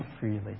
freely